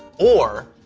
or,